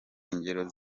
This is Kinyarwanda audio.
ingero